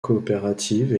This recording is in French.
coopératives